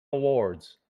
awards